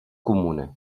comuna